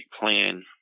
plan